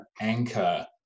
Anchor